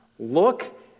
Look